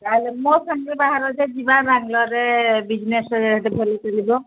ତା'ହେଲେ ମୋ ସାଙ୍ଗ ବାହାରରେ ଯିବା ବାଙ୍ଗଲୋରରେ ବିଜନେସ୍ ଭଲ ଚାଲିବ